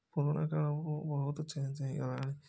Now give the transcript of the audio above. ପୁରୁଣାକାଳ ବହୁତ ଚେଞ୍ଜ ହେଇଗଲାଣି